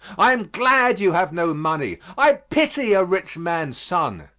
i am glad you have no money. i pity a rich man's son.